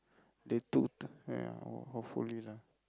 they toot~ !aiya! hopefully lah